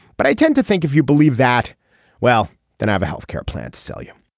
but i tend to think if you believe that well then i have a health care plan to sell you